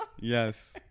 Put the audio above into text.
Yes